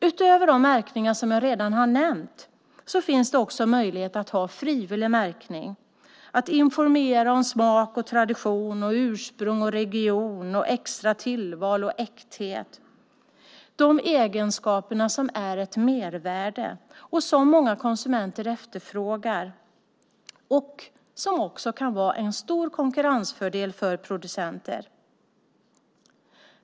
Utöver de märkningar som jag redan har nämnt finns det möjlighet att ha frivillig märkning, att informera om smak, tradition, ursprung, region, extra tillval och äkthet, egenskaper som är ett mervärde, något som många konsumenter efterfrågar och också kan innebära en stor konkurrensfördel för producenter.